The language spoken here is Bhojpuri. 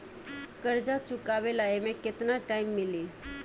कर्जा चुकावे ला एमे केतना टाइम मिली?